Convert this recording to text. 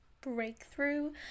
breakthrough